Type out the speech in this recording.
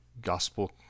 gospel